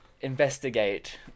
investigate